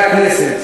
חברי חברי הכנסת,